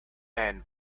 and